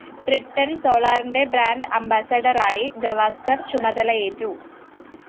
Triton സോളാറിന്റെ brand ambassador ആയി ഗവാസ്കർ ചുമതലയേറ്റു